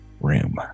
room